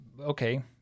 okay